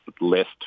list